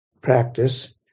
practice